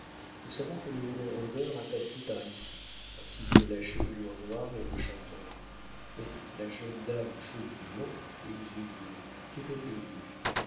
nous savons que le huron rôdeur a passé par ici ainsi que la chevelure noire et le chanteur mais la jeune dame aux cheveux blonds et aux yeux bleus qu'est-elle devenue